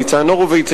ניצן הורוביץ,